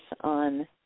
on